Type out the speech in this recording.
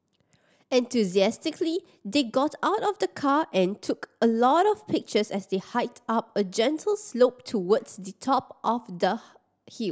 enthusiastically they got out of the car and took a lot of pictures as they hiked up a gentle slope towards the top of the hill